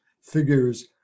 figures